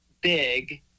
big